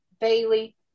Bailey